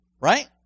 Right